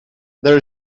there